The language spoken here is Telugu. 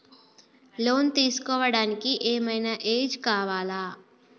లోన్ తీస్కోవడానికి ఏం ఐనా ఏజ్ కావాలా?